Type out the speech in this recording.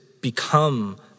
become